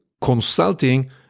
consulting